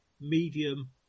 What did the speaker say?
medium